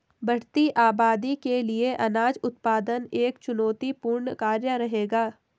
बढ़ती आबादी के लिए अनाज उत्पादन एक चुनौतीपूर्ण कार्य रहेगा